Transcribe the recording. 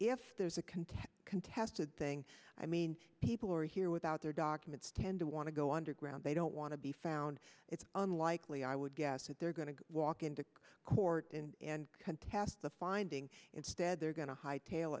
if there's a contest contested thing i mean people are here without their documents tend to want to go underground they don't want to be found it's unlikely i would guess that they're going to walk into court and contest the finding instead they're going to hightail